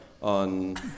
on